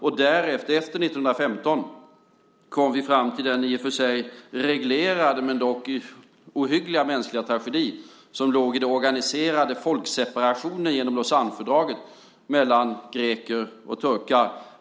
Därefter, efter 1915, kom vi fram till den i och för sig reglerade men dock ohyggliga mänskliga tragedi som låg i de organiserade folkseparationerna, genom Lausannefördraget, mellan greker och turkar.